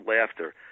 laughter